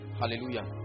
hallelujah